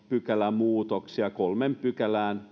pykälämuutoksia kolmeen pykälään